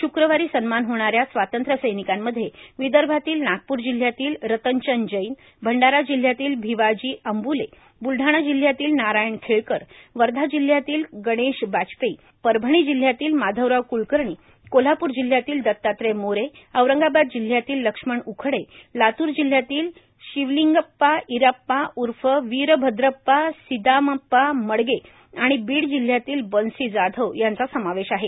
शुक्रवारी सन्मान होणाऱ्या स्वातंत्र्य सैनिकांमध्ये विदर्भातील नागपूर जिल्ह्यातील रतनचंद जैन भंडारा जिल्ह्यातील भिवाजी अंब्ले ब्लडाणा जिल्हयातील नारायण खेळकर वर्धा जिल्ह्यातील गणेश बाजपेयी परभणी जिल्ह्यातील माधवराव क्लकर्णी कोल्हापूर जिल्ह्यातील दत्तात्रय मोरे औरंगाबाद जिल्हयातील लक्ष्मण उखडे लातूर जिल्हयातील शिवलींगप्पा इराप्पा उर्फ विरभद्रप्पा सिद्रामप्पा मडगे आणि बीड जिल्ह्यातील बन्सी जाधव यांचा समावेश आहे